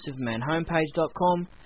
supermanhomepage.com